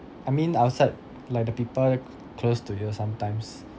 I mean outside like the people c~ close to you sometimes